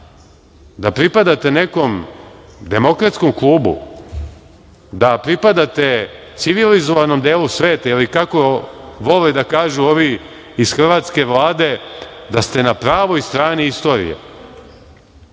da pripadate nekom demokratskom klubu, da pripadate civilizovan delu sveta ili kako vole da kažu ovi iz hrvatske Vlade – da ste na pravoj strani istorije. Stalno